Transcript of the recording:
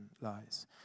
lies